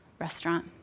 restaurant